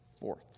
Fourth